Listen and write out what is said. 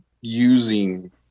using